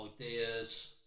ideas